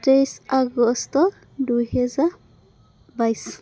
তেইছ আগষ্ট দুহেজাৰ বাইছ